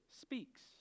speaks